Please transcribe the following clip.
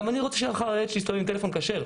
גם אני רוצה שהילד שלי יסתובב עם טלפון כשר,